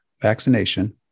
vaccination